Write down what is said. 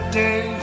day